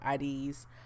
IDs